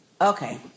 Okay